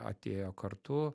atėjo kartu